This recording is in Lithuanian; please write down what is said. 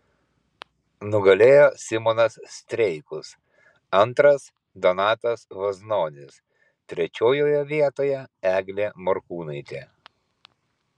nugalėjo simonas streikus antras donatas vaznonis trečiojoje vietoje eglė morkūnaitė